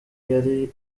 yari